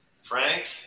Frank